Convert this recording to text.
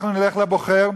אנחנו נלך לבוחר,